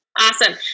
awesome